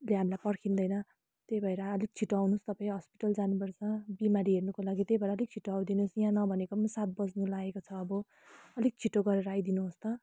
हामीलाई पर्खिँदैन त्यही भएर अलिक छिटो आउनुहोस् तपाईँ हस्पिटल जानुपर्छ बिमारी हेर्नुको लागि त्यही भएर अलिक छिटो आइदिनुहोस् यहाँ नभनेको पनि सात बज्नु लागेको छ अब अलिक छिटो गरेर आइदिनुहोस् त